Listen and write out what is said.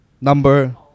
Number